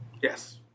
Yes